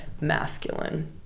masculine